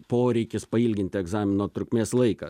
poreikis pailginti egzamino trukmės laiką